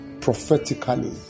prophetically